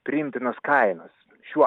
priimtinos kainos šiuo